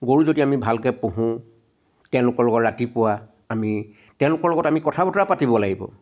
গৰু যদি আমি ভালকৈ পোহো তেওঁলোকৰ লগত ৰাতিপুৱা আমি তেওঁলোকৰ লগত আমি কথা বতৰা পাতিব লাগিব